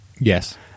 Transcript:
Yes